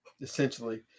essentially